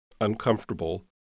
uncomfortable